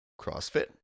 CrossFit